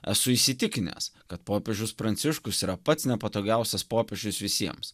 esu įsitikinęs kad popiežius pranciškus yra pats nepatogiausias popiežius visiems